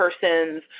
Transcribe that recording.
person's